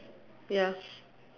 ya